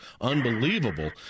unbelievable